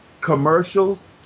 commercials